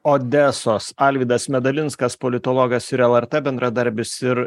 odesos alvydas medalinskas politologas ir lrt bendradarbis ir